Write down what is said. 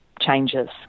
changes